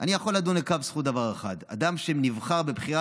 אני יכול לדון לכף זכות דבר אחד: אדם שנבחר בבחירה